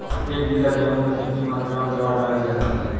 एक बीघा गेहूँ में कितनी मात्रा में दवा डाली जा सकती है?